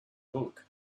book